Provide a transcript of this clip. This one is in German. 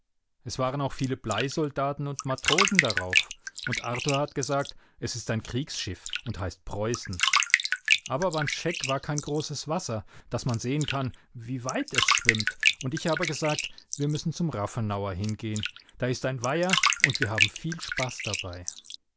es waren auch viele bleisoldaten und matrosen darauf und arthur hat gesagt es ist ein kriegsschiff und heißt preußen aber beim scheck war kein großes wasser daß man sehen kann wie weit es schwimmt und ich habe gesagt wir müssen zum rafenauer hingehen da ist ein weiher und wir haben viel spaß dabei